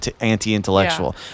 anti-intellectual